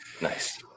Nice